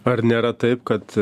ar nėra taip kad